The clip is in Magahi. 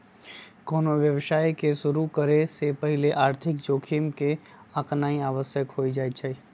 कोनो व्यवसाय के शुरु करे से पहिले आर्थिक जोखिम के आकनाइ आवश्यक हो जाइ छइ